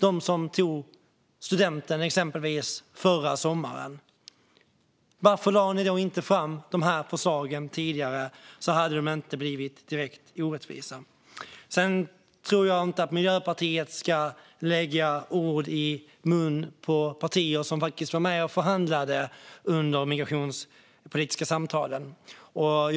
Det gäller dem som exempelvis tog studenten förra sommaren. Varför lade ni inte fram förslagen tidigare, så att de inte hade blivit direkt orättvisa? Jag tror inte att Miljöpartiet ska lägga ord i munnen på partier som var med och förhandlade under de migrationspolitiska samtalen.